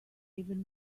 even